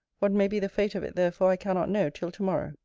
what may be the fate of it therefore i cannot know till to-morrow.